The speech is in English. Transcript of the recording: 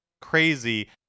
crazy